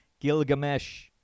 Gilgamesh